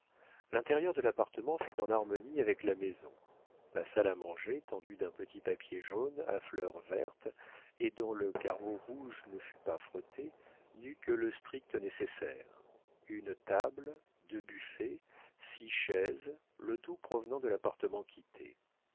l'intérieur de l'appartement fut en harmonie avec la maison la salle à manger tendue d'un petit papier jaune à fleurs vertes et dont le carreau rouge ne fut pas frotté n'eut que le strict nécessaire une table deux buffets six chaises le tout provenant de l'appartement